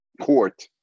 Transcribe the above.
court